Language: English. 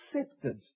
accepted